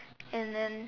and then